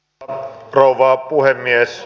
arvoisa rouva puhemies